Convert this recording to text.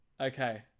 Okay